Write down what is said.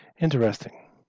Interesting